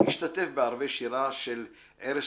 השתתף בערבי שירה של "ערס